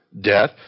death